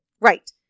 Right